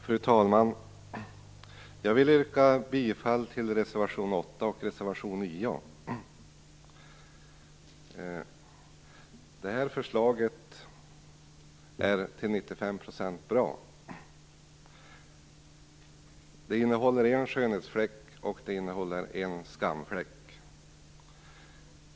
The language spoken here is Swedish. Fru talman! Jag vill yrka bifall till reservationerna 8 och 9. Detta förslag är till 95 % bra. Det innehåller en skönhetsfläck, och det innehåller en skamfläck.